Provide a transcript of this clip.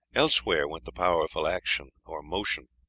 elsewhere went the powerful action or motion.